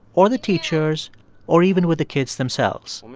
or the teachers or even with the kids themselves.